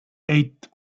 eight